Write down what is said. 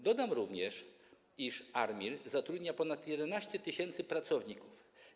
Dodam również, iż ARiMR zatrudnia ponad 11 tys. pracowników.